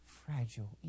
fragile